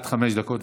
עד חמש דקות,